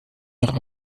noch